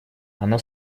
она